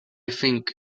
think